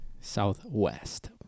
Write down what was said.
Southwest